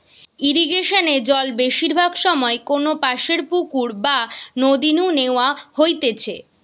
ইরিগেশনে জল বেশিরভাগ সময় কোনপাশের পুকুর বা নদী নু ন্যাওয়া হইতেছে